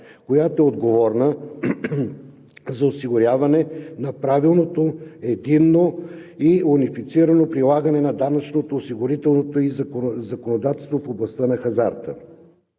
която е отговорна за осигуряването на правилното, единно и унифицирано прилагане на данъчното, осигурителното и законодателството в областта на хазарта.